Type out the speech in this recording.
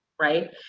right